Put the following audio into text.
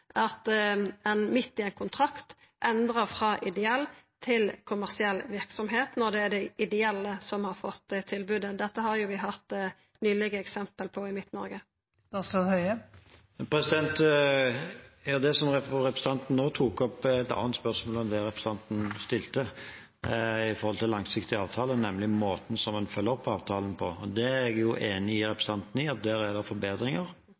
at ein midt i ein kontrakt endrar frå ideell til kommersiell verksemd, når det er dei ideelle som har fått tilbodet? Dette har vi nyleg hatt eksempel på i Midt-Noreg. Det representanten nå tok opp, er et annet spørsmål enn det representanten stilte når det gjelder langsiktige avtaler, nemlig måten en følger opp avtalen på. Jeg er enig med representanten i at der er det